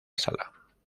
sala